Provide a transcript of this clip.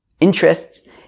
interests